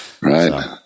Right